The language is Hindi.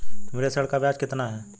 मेरे ऋण का ब्याज कितना है?